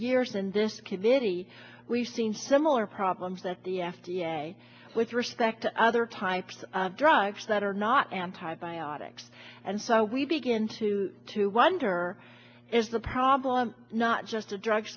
years in this community we've seen similar problems that the f d a with respect to other types of drugs that are not antibiotics and so we begin to to wonder is the problem not just a drug